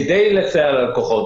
כדי לסייע ללקוחות,